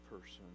person